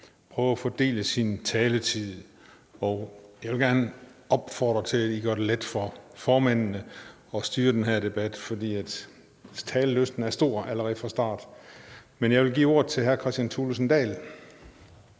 prøve at fordele sin taletid. Jeg vil gerne opfordre til, at man gør det let for formændene at styre den her debat, for talelysten er stor allerede fra start. Jeg giver ordet til hr. Kristian Thulesen Dahl.